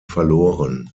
verloren